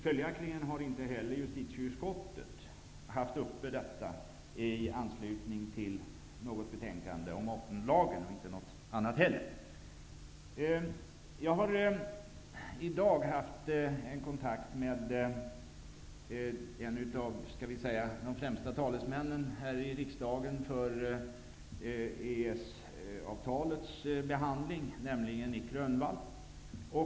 Följaktligen har inte heller justitieutskottet haft frågan uppe i anslutning till något betänkande. Jag har i dag haft kontakt med en av de främsta talesmännen här i riksdagen för EES-avtalets behandling, nämligen Nic Grönvall.